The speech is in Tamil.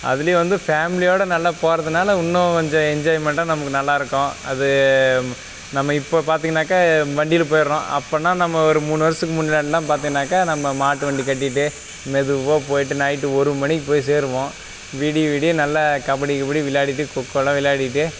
அதுலையும் வந்து ஃபேம்லியோட நல்லா போகறதுனால இன்னும் கொஞ்சம் என்ஜாய்மெண்ட்டாக நமக்கு நல்லா இருக்கும் அது நம்ம இப்போ பார்த்திங்கன்னாக்கா வண்டியில போயிடுறோம் அப்போன்னா நம்ம ஒரு மூணு வருசத்துக்கு முன்னாடிலாம் பார்த்திங்கன்னாக்கா நம்ம மாட்டு வண்டி கட்டிக்கிட்டு மெதுவாக போயிட்டு நைட்டு ஒரு மணிக்கு போய் சேருவோம் விடிய விடிய நல்ல கபடி கிபடி விளையாடிக்கிட்டு கொக்கோலாம் விளையாடிவிட்டு